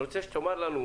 אני רוצה שתאמר לנו,